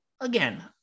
again